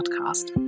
podcast